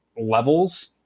levels